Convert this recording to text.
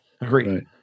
Agreed